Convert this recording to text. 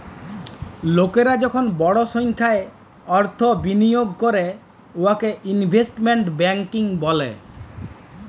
লকরা যখল বড় সংখ্যায় অথ্থ বিলিয়গ ক্যরে উয়াকে ইলভেস্টমেল্ট ব্যাংকিং ব্যলে